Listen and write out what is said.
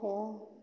आरो